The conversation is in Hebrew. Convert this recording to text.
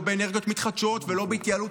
לא באנרגיות מתחדשות ולא בהתייעלות